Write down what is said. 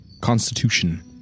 Constitution